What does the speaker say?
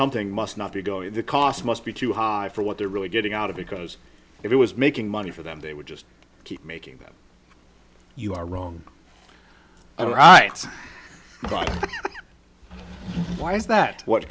something must not be going the cost must be too high for what they're really getting out of because it was making money for them they would just keep making them you are wrong all right but why is that what